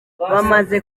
bamaze